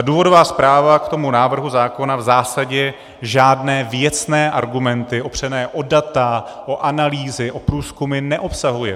Důvodová zpráva k návrhu zákona v zásadě žádné věcné argumenty opřené o data, o analýzy, o průzkumy neobsahuje.